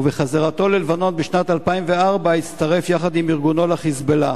ובחזרתו ללבנון בשנת 2004 הצטרף יחד עם ארגונו ל"חיזבאללה".